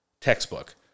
textbook